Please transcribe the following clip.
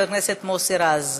חבר הכנסת מוסי רז.